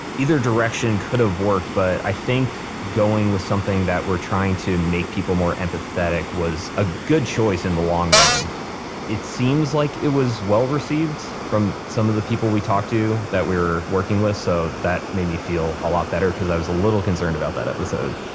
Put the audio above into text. either direction could have worked but i think going with something that we're trying to make people more empathetic was a good choice in the long run it seems like it was well received from some of the people we talked to that we were working with, so that made me feel a lot better because i was a little concerned about that episode